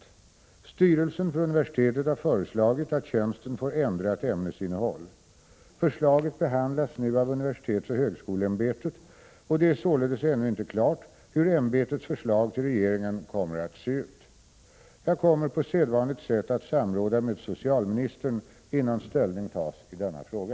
Styrelsen för universitetet har föreslagit att tjänsten får ändrat ämnesinnehåll. Förslaget behandlas nu av universitetsoch högskoleämbetet, och det är således ännu inte klart hur ämbetets förslag till regeringen kommer att se ut. Jag kommer på sedvanligt sätt att samråda med socialministern, innan ställning tas i denna fråga.